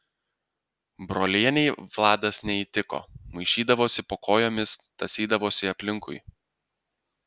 brolienei vladas neįtiko maišydavosi po kojomis tąsydavosi aplinkui